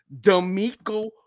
D'Amico